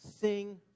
sing